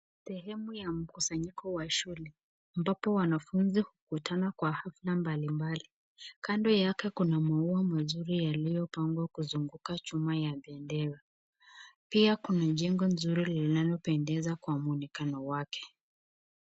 Sehemu ya mkusanyiko wa shule ambapo wanafunzi hukutana kwa zoezi mbali mbali kandonyake kuna maua yaliyopangwa vizuri kuzunguka chuma ya bendera, pia kuna jengo nzuri linalopendeza kwa mwonekano wake.